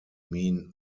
mean